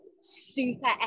super